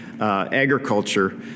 agriculture